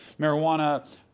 marijuana